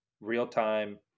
real-time